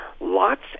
lots